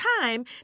time